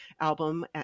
album